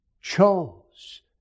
chose